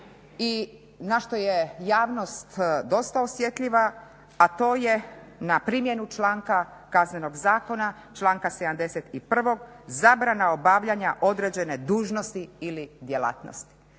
na što je javnost dosta osjetljiva a to je na primjenu članka Kaznenog zakona, članka 71. Zabrana obavljanja određene dužnosti ili djelatnosti.